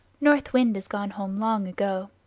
north wind is gone home long ago.